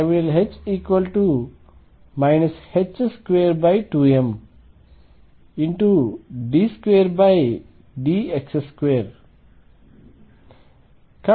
H 22md2dx2